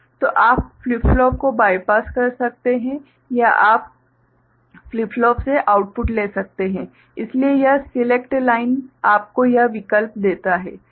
तो आप flip flop को बाइपास कर सकते हैं या आप फ्लिप फ्लॉप से आउटपुट ले सकते हैं इसलिए यह सिलेक्ट लाइन आपको यह विकल्प देता है क्या यह ठीक है